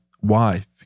Wife